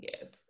Yes